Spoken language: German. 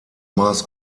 maß